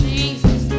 Jesus